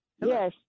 Yes